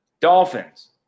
Dolphins